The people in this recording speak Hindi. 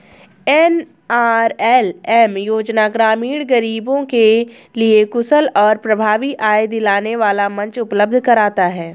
एन.आर.एल.एम योजना ग्रामीण गरीबों के लिए कुशल और प्रभावी आय दिलाने वाला मंच उपलब्ध कराता है